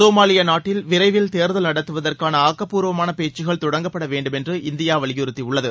Somalia நாட்டில் விரைவில் தேர்தல் நடத்துவதற்கான ஆக்கப்பூர்வமான பேச்சுக்கள் தொடங்கப்பட வேண்டுமென்று இந்தியா வலியுறுத்தியுள்ளது